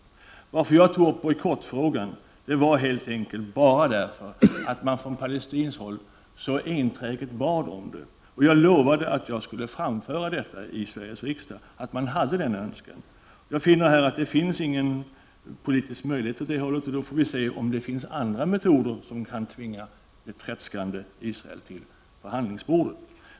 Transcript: Att jag tog upp bojkottfrågan var helt enkelt bara därför att man från palestinskt håll så enträget bad om det. Jag lovade att jag skulle framföra denna önskan i Sveriges riksdag. Jag finner här att det inte finns någon politisk möjlighet åt det hållet. Då får vi se om det finns andra metoder som kan tvinga ett tredskande Israel till förhandlingsbordet.